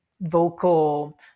vocal